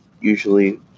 Usually